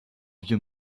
vieux